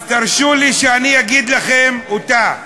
אז תרשו לי להגיד לכם אותה,